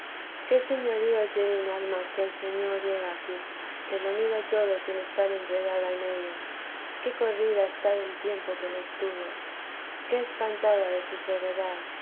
qué señorío tiene un alma que el señor llega aquí que lo mire todo sin estar enredada en ello qué corrida está del tiempo que lo estuvo qué espantada de su